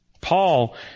Paul